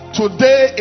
today